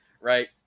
right